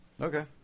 okay